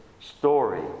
story